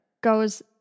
goes